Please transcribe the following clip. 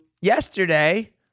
yesterday